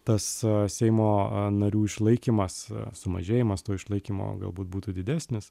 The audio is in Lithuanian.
tas seimo narių išlaikymas sumažėjimas to išlaikymo galbūt būtų didesnis